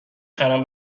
خرم